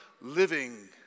living